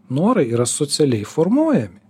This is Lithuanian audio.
norai yra socialiai formuojami